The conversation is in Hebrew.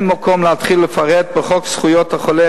ואין מקום להתחיל לפרט בחוק זכויות החולה